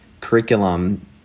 curriculum